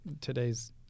today's